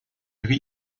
ihre